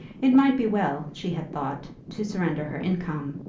it might be well, she had thought, to surrender her income,